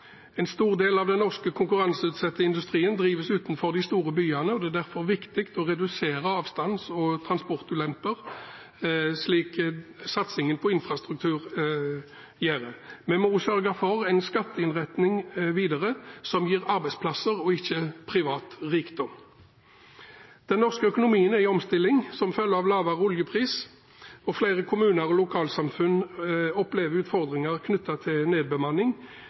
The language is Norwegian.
En stor del av den norske konkurranseutsatte industrien drives utenfor de store byene, og det er derfor viktig å redusere avstands- og transportulemper, slik satsingen på infrastruktur gjør. Vi må også sørge for en skatteinnretning videre som gir arbeidsplasser, og ikke privat rikdom. Den norske økonomien er i omstilling som følge av lavere oljepris, og flere kommuner og lokalsamfunn opplever utfordringer knyttet til nedbemanning.